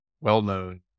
well-known